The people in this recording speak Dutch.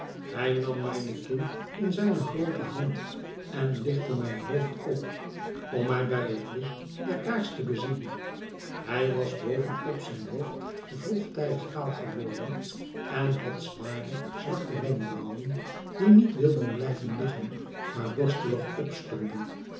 hij nam mijne kin in zijne groote hand en lichtte mijn hoofd op om mij bij het licht der kaars te bezien hij was boven op zijn hoofd vroegtijdig kaal geworden en had zware zwarte wenkbrauwen die niet wilden blijven liggen maar borstelig opstonden